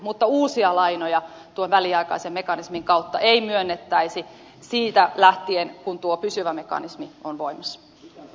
mutta uusia lainoja tuon väliaikaisen mekanismin kautta ei myönnettäisi siitä lähtien kun tuo pysyvä mekanismi on voimassa